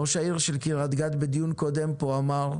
ראש העיר של קרית גת בדיון קודם פה אמר,